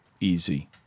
Easy